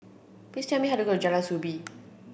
please tell me how to get to Jalan Soo Bee